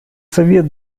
совет